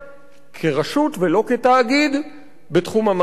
כרשות ולא כתאגיד, בתחום המים והביוב.